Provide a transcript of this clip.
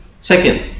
Second